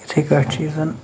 یِتھَے کٔٹھۍ چھِ یُس زَن